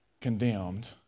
condemned